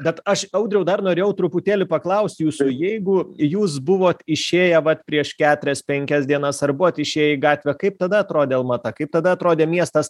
bet aš audriau dar norėjau truputėlį paklaust jūsų jeigu jūs buvot išėję vat prieš keturias penkias dienas ar buvot išėję į gatvę kaip tada atrodė almata kaip tada atrodė miestas